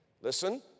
Listen